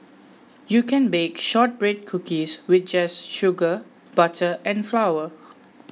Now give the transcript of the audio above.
you can bake Shortbread Cookies just with sugar butter and flour